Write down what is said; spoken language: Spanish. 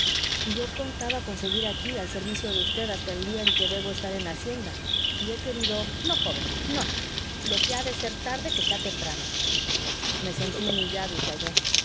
yo contaba con seguir aquí al servicio de usted hasta el día en que debo estar en la hacienda y he querido no joven no lo que ha de ser tarde que sea temprano me sentí humillado y callé